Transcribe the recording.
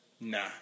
Nah